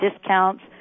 discounts